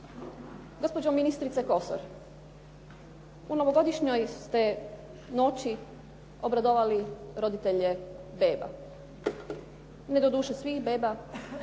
Gospođo ministrice Kosor. U novogodišnjoj ste noći obradovali roditelje beba, ne doduše svih beba,